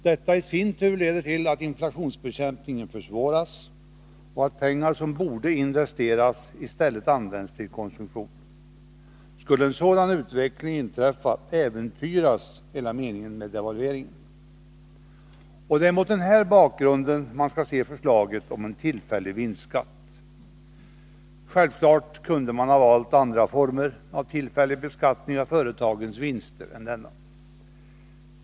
Detta i sin tur leder till att inflationsbekämpningen försvåras och att pengar som borde investeras i stället används till konsumtion. Skulle en sådan utveckling inträffa äventyras hela meningen med devalveringen. Det är mot denna bakgrund man skall se förslaget om en tillfällig vinstskatt. Självfallet kunde man ha valt andra former av tillfällig beskattning av företagens vinster än denna.